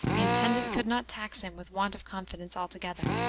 the intendant could not tax him with want of confidence altogether.